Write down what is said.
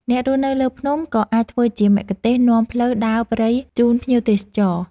អ្នករស់នៅលើភ្នំ ក៏អាចធ្វើជាមគ្គុទ្ទេសក៍នាំផ្លូវដើរព្រៃជូនភ្ញៀវទេសចរ។